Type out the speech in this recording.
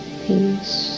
peace